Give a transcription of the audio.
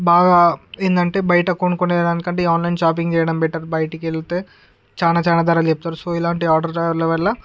బాగా ఏందంటే బయట కొనుకునేదానికంటే ఈ ఆన్లైన్ షాపింగ్ చేయడం బెటర్ బయటకి వెళ్తే చాలా చాలా ధరలు చెప్తారు సో ఇలాంటి ఆర్డరు వల్ల